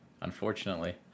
unfortunately